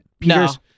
Peters